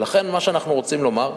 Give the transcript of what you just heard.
ולכן מה שאנחנו רוצים לומר,